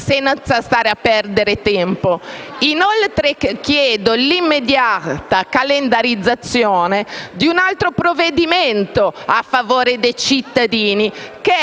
senza stare a perdere tempo. Inoltre, chiedo l'immediata calendarizzazione di un altro provvedimento a favore dei cittadini: il